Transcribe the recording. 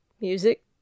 music